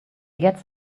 gets